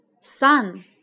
Sun